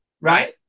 right